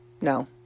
No